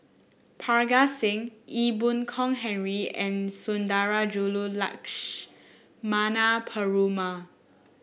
Parga Singh Ee Boon Kong Henry and Sundarajulu Lakshmana Perumal